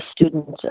students